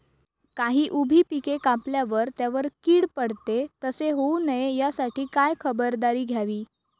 काही उभी पिके कापल्यावर त्यावर कीड पडते, तसे होऊ नये यासाठी काय खबरदारी घ्यावी?